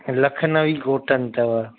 Lucknowi cotton अथव